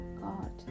God